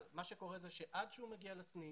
מה שקורה זה שעד שהוא מגיע לסניף,